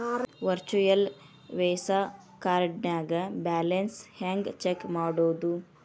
Virtual Visa ಕಾರ್ಡ್ನ್ಯಾಗ balance ಹೆಂಗ check ಮಾಡುದು?